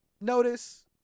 notice